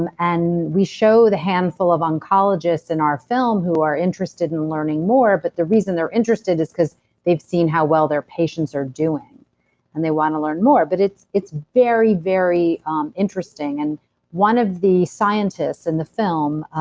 um and we show the handful of oncologists in our film who are interested in learning more, but the reason they're interested is because they've seen how well their patients are doing and they wanna learn more. but it's it's very, very interesting. and one of the scientists in the film,